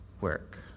work